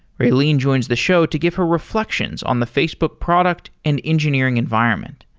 raylene joins the show to give her reflections on the facebook product and engineering environment.